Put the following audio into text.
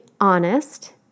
honest